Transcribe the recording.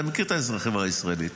אתה מכיר את החברה הישראלית,